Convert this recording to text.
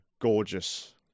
gorgeous